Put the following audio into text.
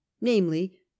namely